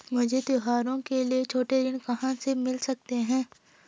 मुझे त्योहारों के लिए छोटे ऋण कहाँ से मिल सकते हैं?